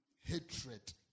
hatred